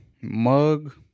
Mug